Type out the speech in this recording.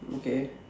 okay